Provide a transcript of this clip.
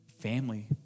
family